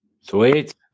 Sweet